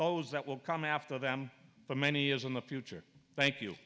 those that will come after them for many years in the future thank you